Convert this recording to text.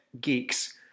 geeks